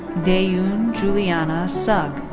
dayoon juliana sug.